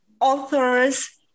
authors